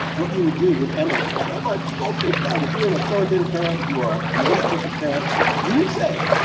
what you would do with emily ah my goldfish died? if you're an authoritative parent, if you are ah emotion coaching parent you would say,